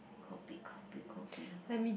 copy copy copy